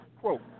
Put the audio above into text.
quote